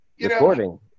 recording